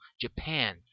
Japan